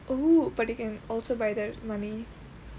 oh but you can also buy that with money